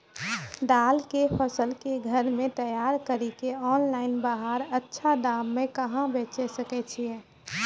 दाल के फसल के घर मे तैयार कड़ी के ऑनलाइन बाहर अच्छा दाम मे कहाँ बेचे सकय छियै?